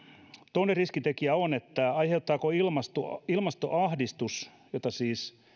toinen riskitekijä on että aiheuttaako ilmastoahdistus jota siis